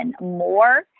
more